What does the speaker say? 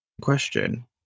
question